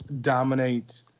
dominate